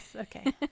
okay